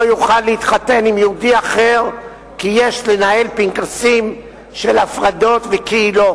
יוכל להתחתן עם יהודי אחר כי יש לנהל פנקסים של הפרדות וקהילות.